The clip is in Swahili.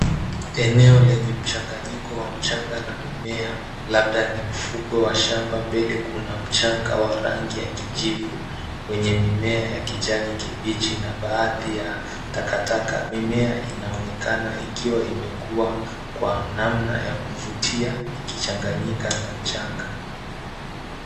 Eneo lenye mchanganyiko wa mchanga na mimea, labda ni ufugo wa shamba mbele kuna mchanga wa rangi ya kijivu kwenye mimea ya kijani kibichi na baadhi ya takataka. Mimea inaonekana ikiwa imekua kwa namna ya kuvutia ikichanganyika na mchanga.